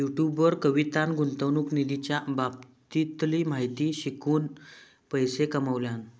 YouTube वर कवितान गुंतवणूक निधीच्या बाबतीतली माहिती शिकवून पैशे कमावल्यान